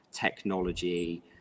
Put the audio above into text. technology